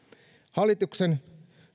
hallituksen